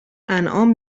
انعام